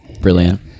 Brilliant